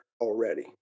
already